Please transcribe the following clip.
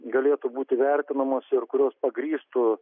galėtų būti vertinamos ir kurios pagrįstų